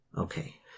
Okay